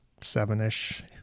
seven-ish